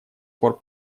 пор